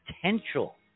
potential